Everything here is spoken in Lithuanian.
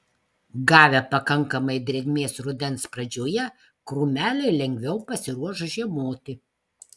gavę pakankamai drėgmės rudens pradžioje krūmeliai lengviau pasiruoš žiemoti